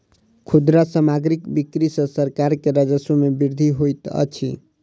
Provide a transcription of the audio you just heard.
खुदरा सामग्रीक बिक्री सॅ सरकार के राजस्व मे वृद्धि होइत अछि